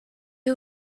who